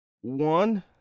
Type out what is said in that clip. One